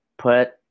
put